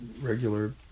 regular